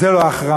זו לא החרמה?